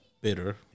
bitter